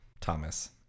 Thomas